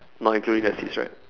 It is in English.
no actually there's six right